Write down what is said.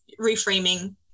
reframing